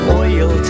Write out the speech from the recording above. oil